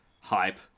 hype